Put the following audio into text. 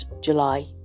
July